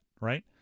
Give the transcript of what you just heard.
right